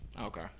Okay